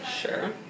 Sure